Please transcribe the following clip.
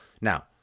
Now